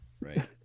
Right